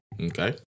Okay